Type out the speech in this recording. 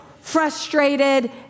frustrated